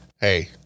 Hey